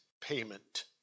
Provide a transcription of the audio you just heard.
payment